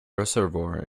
reservoir